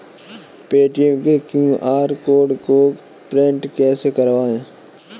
Paytm के QR code को print कैसे करवाएँ?